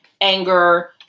anger